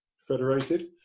federated